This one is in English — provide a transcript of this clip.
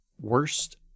Worst